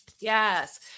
Yes